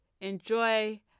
Enjoy